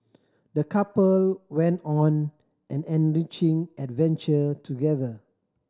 the couple went on an enriching adventure together